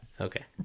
Okay